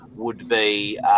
would-be